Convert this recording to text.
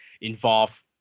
involve